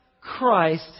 Christ